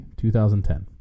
2010